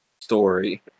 story